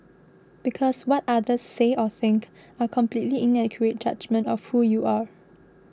because what others say or think are completely inaccurate judgement of who you are